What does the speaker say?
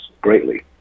greatly